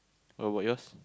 what about yours